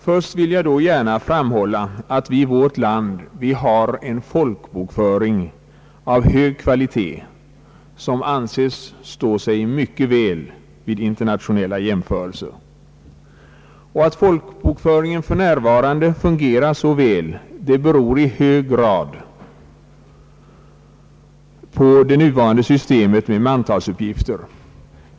Först vill jag då gärna framhålla att vi i vårt land har en folkbokföring av hög kvalitet — den anses stå sig mycket väl vid internationella jämförelser. Att folkbokföringen för närvarande fungerar såväl beror i hög grad på det nu varande systemet med mantalsuppgifter.